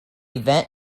vent